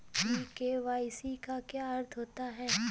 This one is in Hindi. ई के.वाई.सी का क्या अर्थ होता है?